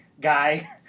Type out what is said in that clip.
guy